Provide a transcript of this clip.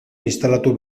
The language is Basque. instalatu